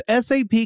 SAP